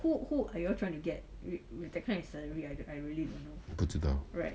不知道